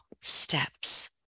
steps